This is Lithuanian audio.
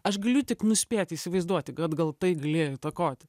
aš galiu tik nuspėti įsivaizduoti kad gal tai galėjo įtakoti